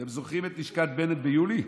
אתם זוכרים את לשכת בנט ביולי?